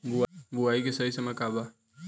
बुआई के सही समय का वा?